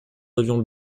avions